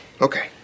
Okay